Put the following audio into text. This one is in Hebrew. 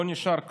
לא נשאר כלום.